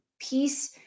peace